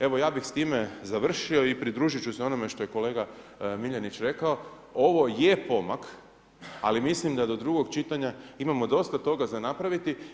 Evo ja bih s time završio i pridružiti ću se onome što je kolega Miljenić rekao, ovo je pomak ali mislim da do drugog čitanja imamo dosta toga napraviti.